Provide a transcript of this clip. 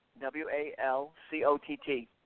W-A-L-C-O-T-T